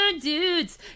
Dudes